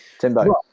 Timbo